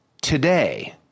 today